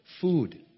Food